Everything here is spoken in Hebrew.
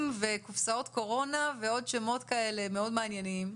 וקופסאות קורונה ועוד שמות כאלה מאוד מעניינים,